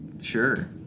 sure